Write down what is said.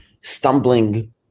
stumbling